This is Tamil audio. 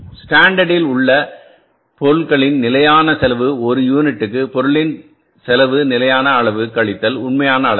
ஸ்டாண்டர்டில் உள்ள பொருட்களின் நிலையான செலவு ஒரு யூனிட்டுக்கு பொருளின் செலவு நிலையான அளவு கழித்தல் உண்மையான அளவு